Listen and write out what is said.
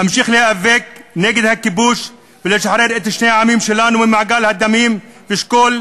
אמשיך להיאבק נגד הכיבוש ולשחרור שני העמים שלנו ממעגל הדמים והשכול,